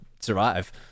survive